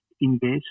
invest